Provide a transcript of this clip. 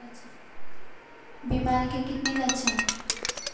बीमारी के कितने लक्षण हैं?